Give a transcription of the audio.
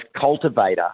cultivator